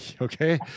okay